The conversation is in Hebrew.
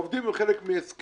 העובדים הם חלק מהסכם.